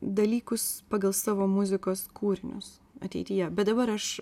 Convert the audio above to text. dalykus pagal savo muzikos kūrinius ateityje bet dabar aš